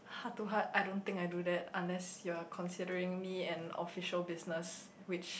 heart to heart I don't think I do that unless you are considering me an official business which